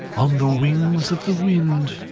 on the wings of the wind,